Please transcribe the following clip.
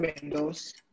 Windows